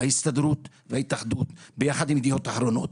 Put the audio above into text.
של ההסתדרות וההתאחדות ביחד עם ידיעות אחרונות